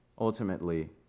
ultimately